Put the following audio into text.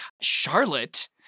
Charlotte